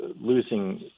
losing